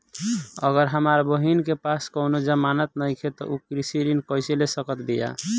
अगर हमार बहिन के पास कउनों जमानत नइखें त उ कृषि ऋण कइसे ले सकत बिया?